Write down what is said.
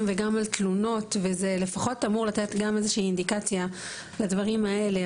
וגם על תלונות וזה לפחות אמור לתת איזה שהיא אינדיקציה לדברים האלה.